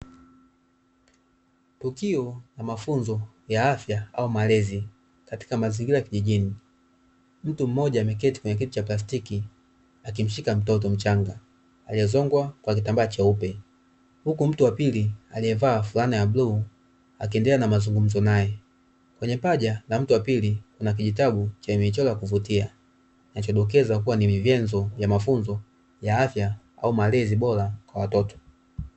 Tukio la mafunzo ya afya au malezi katika mazingira ya kijijini, mtu mmoja ameketi kwenye kiti cha plastiki akimshika mtoto mchanga aliezongwa kwa kitamba cheupe. Huku mtu wa pili aliyevaa fulana ya bluu akiendelea na mazungumzo nae, kwenye paja la mtu wa pili kuna kijitabu cha michora ya kuvutia kinacho dokeza kwamba ni vyanzo vya mafunzo ya afya au malezi bora kwa watoto.